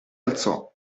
alzò